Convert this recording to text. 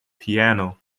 piano